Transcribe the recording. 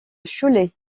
cholet